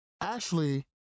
Ashley